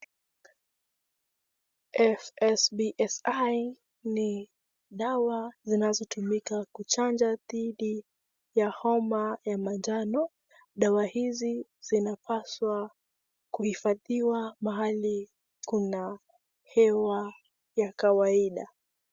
FSBSI ni dawa zinazotumika kuchanja dhidi ya homa ya manjano. Dawa hizi zinapaswa kuhifadhiwa mahali kuna hewa ya kawaida.